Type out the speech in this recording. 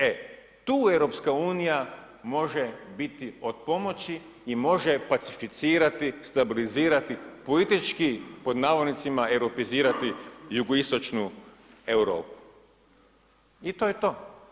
E, tu EU može biti od pomoći i može pacificirati, stabilizirati, politički, pod navodnicima, europeizirati jugoistočnu Europu i to je to.